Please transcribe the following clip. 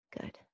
Good